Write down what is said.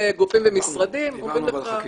גופים ומשרדים אומרים לך --- העברנו חקיקה.